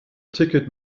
ticket